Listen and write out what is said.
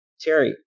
Terry